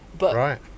Right